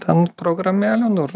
tan programėlė nu ir